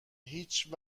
هیچ